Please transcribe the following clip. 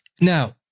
Now